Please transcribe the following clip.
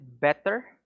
better